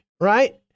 right